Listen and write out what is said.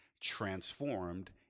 transformed